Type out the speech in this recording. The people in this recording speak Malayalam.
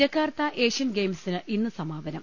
ജക്കാർത്ത ഏഷ്യൻ ഗെയിംസിന് ഇന്ന് സമാപനം